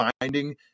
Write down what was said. finding